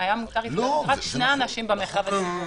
היה מותר התקהלות רק שני אנשים במרחב הציבורי.